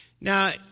Now